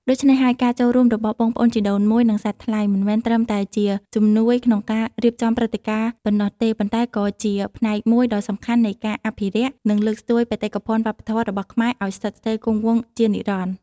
ដូច្នេះហើយ ការចូលរួមរបស់បងប្អូនជីដូនមួយ និងសាច់ថ្លៃ មិនមែនត្រឹមតែជាជំនួយក្នុងការរៀបចំព្រឹត្តិការណ៍ប៉ុណ្ណោះទេ ប៉ុន្តែក៏ជា ផ្នែកមួយដ៏សំខាន់នៃការអភិរក្ស និងលើកស្ទួយបេតិកភណ្ឌវប្បធម៌ របស់ខ្មែរឱ្យស្ថិតស្ថេរគង់វង្សជានិរន្តរ៍។